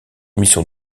missions